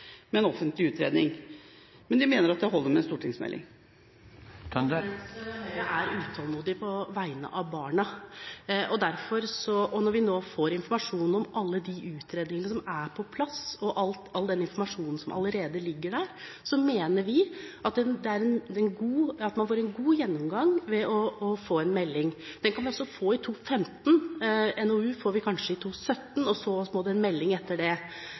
med en stortingsmelding. Hvilke vurderinger og ny informasjon gjør at Høyre nå mener det ikke er nødvendig å høre på noen av høringsinstansene når det gjelder en offentlig utredning – at det holder med en stortingsmelding? Høyre er utålmodig på vegne av barna. Når vi nå får informasjon om alle utredningene som er på plass, i tillegg til all informasjonen som allerede ligger der, mener vi at man får en god gjennomgang ved å få en melding. Det kan vi altså få i 2015. En NOU får vi kanskje i 2017 – og så en melding etter det.